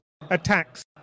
attacks